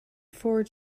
forward